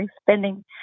spending